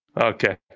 Okay